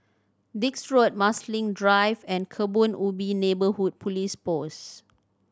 Dix Road Marsiling Drive and Kebun Ubi Neighbourhood Police Post